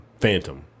Phantom